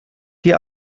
die